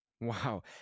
Wow